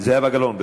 זהבה גלאון.